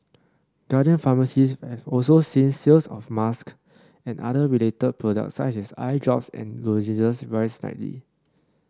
Guardian pharmacies have also seen sales of masks and other related products such as eye drops and lozenges rise slightly